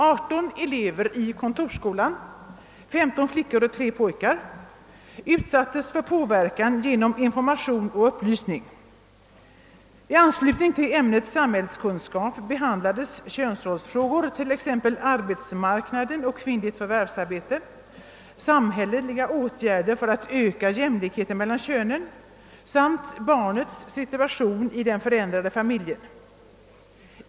18 elever i kontorsskolan — 15 flickor och 3 pojkar — utsattes för påverkan genom information och upplysning. I anslutning till ämnet samhällskunskap behandlades könsrollsfrågor, t.ex. arbetsmarknaden och kvinnligt förvärvsarbete, samhällets åtgärder för att öka jämlikheten mellan könen samt barnets situation i den förändrade familjen.